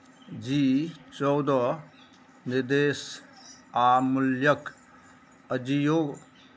जी चौदह निर्देश आ मूल्यक अजियो